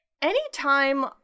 Anytime